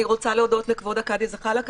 אני רוצה להודות לכבוד הקאדי זחלקה,